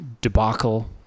debacle